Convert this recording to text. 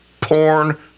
porn